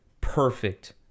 perfect